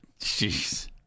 jeez